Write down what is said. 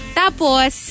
tapos